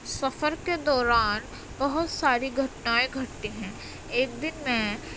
سفر کے دوران بہت ساری گھٹنائیں گھٹتی ہیں ایک دن میں